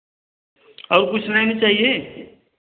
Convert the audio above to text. और कुछ नया में चाहिए